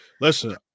Listen